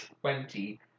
twenty